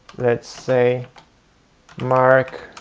say mark